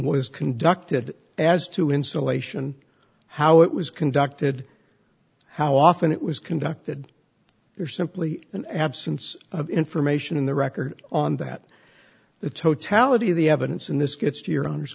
was conducted as to installation how it was conducted how often it was conducted there simply an absence of information in the record on that the totality of the evidence in this gets to your unders